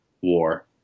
war